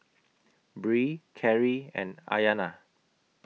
Bree Kerri and Ayanna